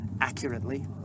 accurately